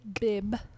Bib